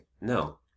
no